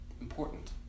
important